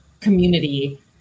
community